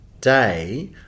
day